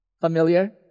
familiar